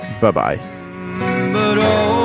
bye-bye